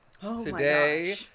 today